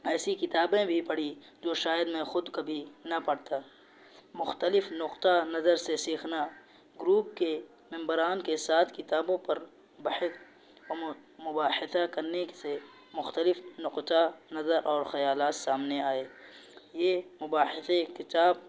ایسی کتابیں بھی پڑھی جو شاید میں خود کبھی نہ پڑھتا مختلف نقظۂِ نظر نظر سے سیکھنا گروپ کے ممبران کے ساتھ کتابوں پر بحث و مباحثہ کرنے سے مختلف نقظۂِ نظر اور خیالات سامنے آئے یہ مباحثے کتاب